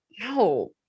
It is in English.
no